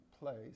place